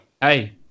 hey